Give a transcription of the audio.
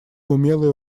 умелое